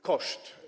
Koszt.